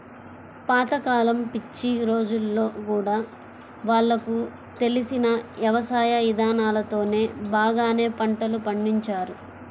పాత కాలం పిచ్చి రోజుల్లో గూడా వాళ్లకు తెలిసిన యవసాయ ఇదానాలతోనే బాగానే పంటలు పండించారు